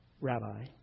Rabbi